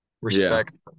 Respect